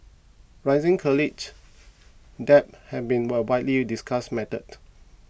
rising college debt has been a widely discussed matter